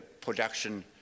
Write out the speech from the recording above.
production